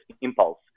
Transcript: impulse